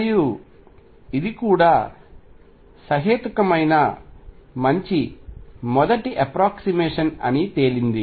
మరియు ఇది కూడా సహేతుకమైన మంచి మొదటి అప్రాక్సీమేషన్ అని తేలింది